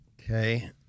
Okay